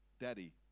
daddy